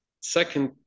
Second